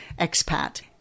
expat